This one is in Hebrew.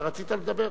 אתה רצית לדבר?